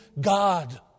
God